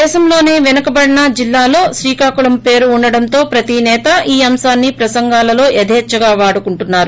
దేశంలోసే పెనుకబడిన జిల్లాలలో శ్రీకాకుళం పేరు ఉండడంతో ప్రతి నేతా ఈ అంశాన్ని ప్రసంగాలలో యదేచ్చగా వాడుకుంటారు